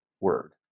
word